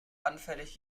anfällig